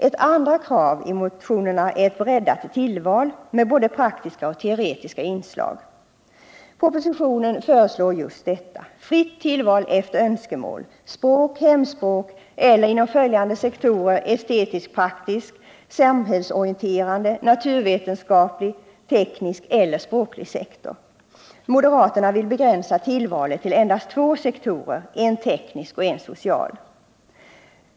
Ett andra krav i motionen är ett breddat tillval med både praktiska och teoretiska inslag. Propositionen föreslår just detta, fritt tillval efter önskemål — B-språk, hemspråk eller inom estetisk-praktisk, samhällsorienterande, naturvetenskaplig-teknisk eller språklig sektor. Moderaterna vill begränsa tillvalet till endast två sektorer, en teknisk och en social.